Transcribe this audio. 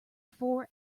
four